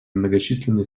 многочисленные